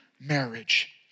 marriage